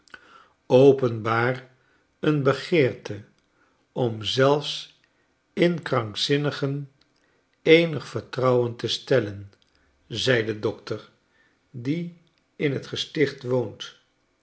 openbaar een begeerte om zelfs in krankzinnigen eenig vertrouwen te stellen zei de dokter die in t gesticht woont